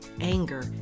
anger